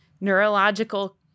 neurological